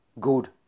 Good